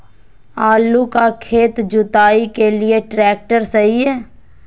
आलू का खेत जुताई के लिए ट्रैक्टर सही है?